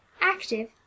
Active